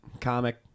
comic